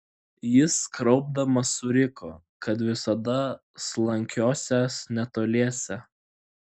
jis kraupdamas suriko kad visada slankiosiąs netoliese